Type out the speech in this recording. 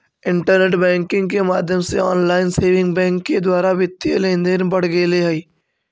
internet banking के माध्यम से ऑनलाइन सेविंग बैंक के द्वारा वित्तीय लेनदेन बढ़ गेले हइ